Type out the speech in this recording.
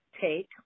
take